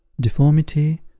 DEFORMITY